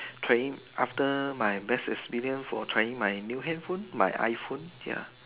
trying after my best experience for trying my new handphone my iPhone ya